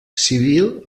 civil